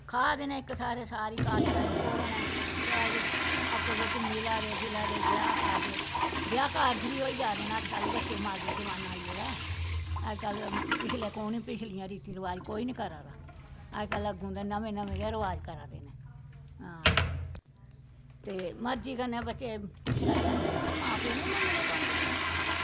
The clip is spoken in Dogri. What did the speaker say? खा दे न इक सारी कास्टां सारियां इक्कै न शैल आपूं बिचें मिला दे गिला दे ब्याहें कारजे ई ब्याह्कारज बी होआ दे अज कल्ल मॉर्डन जमाना आई गेदा अजकल्ल पिच्चले कुन पिच्छले रीति रवाज कु'न करा दा अजकल्ल अग्गुं दा नमें नमें रवाज गै करा दे न ते मर्जी कन्नै बच्चे री लैंदे ते फिर मां प्यो नै बी मन्ननी पौंदी